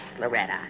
Loretta